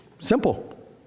Simple